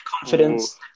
confidence